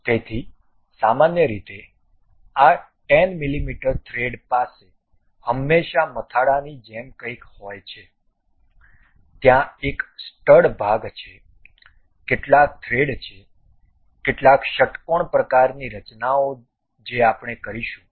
તેથી સામાન્ય રીતે આ 10 મીમી થ્રેડો પાસે હંમેશાં માથાડાની જેમ કંઈક હોય છે ત્યાં એક સ્ટડ ભાગ છે કેટલાક થ્રેડો છે કેટલાક ષટ્કોણ પ્રકારની રચનાઓ જે આપણે કરીશું